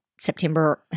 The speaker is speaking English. September